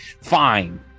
Fine